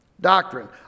Doctrine